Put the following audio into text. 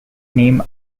named